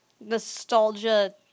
nostalgia